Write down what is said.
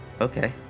Okay